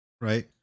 Right